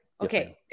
Okay